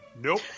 Nope